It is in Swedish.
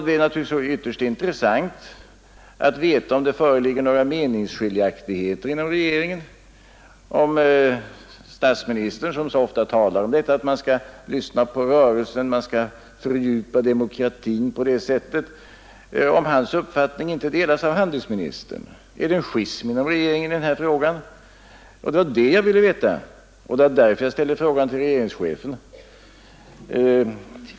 Det är naturligtvis ytterst intressant att få veta om det föreligger några meningsskiljaktigheter inom regeringen och om statsministerns uppfattning — han talar så ofta om att man skall fördjupa demokratin genom att lyssna på rörelsen — inte delas av handelsministern. Är det en schism inom regeringen i den här frågan? Det var det jag ville veta, och det var därför jag ställde frågan till regeringschefen.